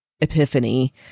epiphany